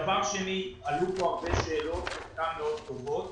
עלו כאן הרבה שאלות וחלקן מאוד טובות.